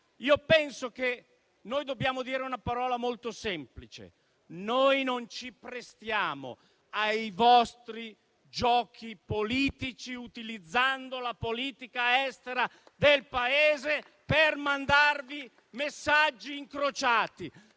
io penso che dobbiamo dire una parola molto semplice: noi non ci prestiamo ai vostri giochi politici, utilizzando la politica estera del Paese per mandarvi messaggi incrociati.